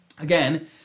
again